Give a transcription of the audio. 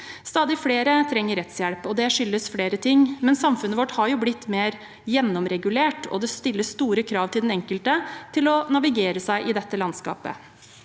Stadig flere trenger rettshjelp. Det skyldes flere ting, men samfunnet vårt har jo blitt mer gjennomregulert, og det stilles store krav til den enkelte til å navigere i dette landskapet.